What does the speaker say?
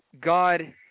God